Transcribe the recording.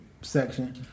section